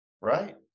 Right